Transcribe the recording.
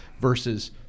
versus